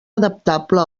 adaptable